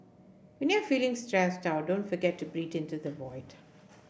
when you are feeling stressed out don't forget to into the void